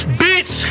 bitch